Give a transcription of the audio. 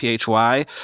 PHY